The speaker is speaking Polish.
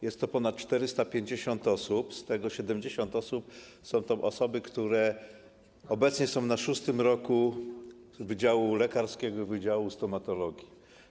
Jest to ponad 450 osób, z tego 70 osób są to osoby, które obecnie są na szóstym roku wydziału lekarskiego i wydziału stomatologii.